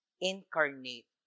Incarnate